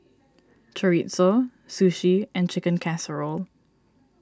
Chorizo Sushi and Chicken Casserole